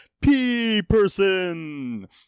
P-Person